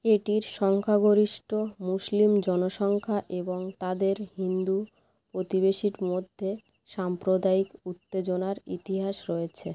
এটির সংখ্যাগরিষ্ঠ মুসলিম জনসংখ্যা এবং তাদের হিন্দু প্রতিবেশীদের মধ্যে সাম্প্রদায়িক উত্তেজনার ইতিহাস রয়েছে